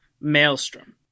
Maelstrom